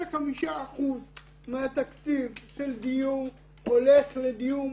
85% מהתקציב של דיור הולך לדיור מוסדי.